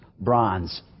Bronze